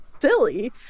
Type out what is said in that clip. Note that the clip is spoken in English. silly